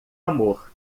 amor